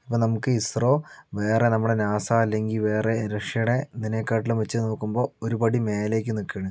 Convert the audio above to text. ഇപ്പോൾ നമുക്ക് ഇസ്രോ വേറെ നമ്മുടെ നാസ അല്ലെങ്കിൽ ഈ വേറെ റഷ്യയുടെ അതിനെക്കാട്ടിലും വെച്ച് നോക്കുമ്പോൾ ഒരു പടി മേലേക്ക് നിൽക്കുകയാണ്